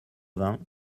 vingts